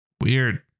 Weird